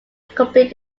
complete